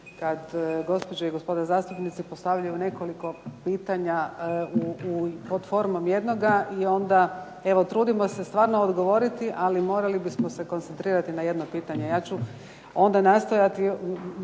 kad gospođe i gospoda zastupnici postavljaju nekoliko pitanja pod formom jednoga. I onda evo trudimo se stvarno odgovoriti ali morali bismo se koncentrirati na jedno pitanje.